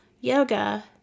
yoga